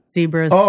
Zebras